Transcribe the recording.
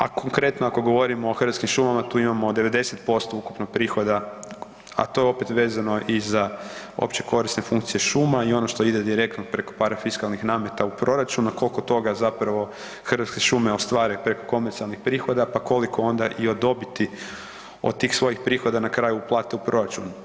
A konkretno ako govorimo o Hrvatskim šumama tu imamo 90% ukupnog prihoda, a to je opet vezano i za opće korisne funkcije šuma i ono što ide direktno preko parafiskalnih nameta u proračun, a kolko toga zapravo Hrvatske šume ostvare preko komercijalnih prihoda, pa koliko onda i od dobiti od tih svojih prihoda na kraju uplate u proračun.